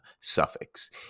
suffix